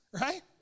right